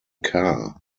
carr